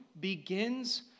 begins